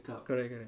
correct correct